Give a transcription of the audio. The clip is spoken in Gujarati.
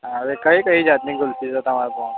હવે કઈ કઈ જાતની કુલ્ફી છે તમારી પાસે